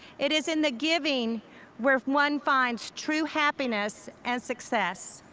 it is in the giving where one finds true happiness and success.